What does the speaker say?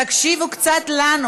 תקשיבו קצת לנו.